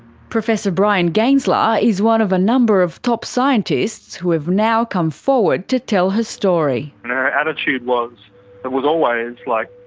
professor bryan gaensler is one of a number of top scientists who have now come forward to tell her story. her attitude was but was always, like,